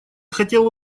хотела